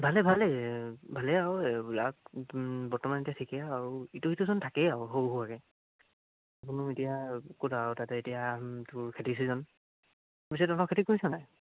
ভালেই ভালেই ভালেই আৰু এইবিলাক বৰ্তমান এতিয়া ঠিকেই আৰু ইটো সিটোচোন থাকেই আৰু সৰু সুৰাকৈ মোৰ এতিয়া ক'ত আৰু তাতে এতিয়া তোৰ খেতিৰ চিজন পিছে তহঁতৰ খেতি কৰিছ নাই